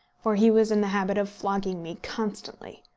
for he was in the habit of flogging me constantly.